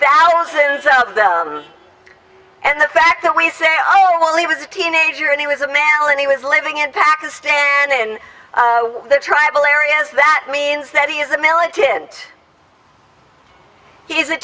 thousands of them and the fact that we say oh it was a teenager and he was a mammal and he was living in pakistan in the tribal areas that means that he is a militant he's a